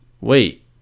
wait